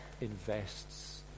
invests